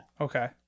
okay